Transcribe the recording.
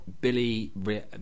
Billy